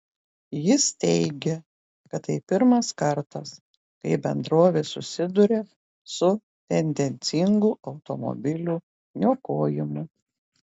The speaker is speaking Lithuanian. jis teigė kad tai pirmas kartas kai bendrovė susiduria su tendencingu automobilių niokojimu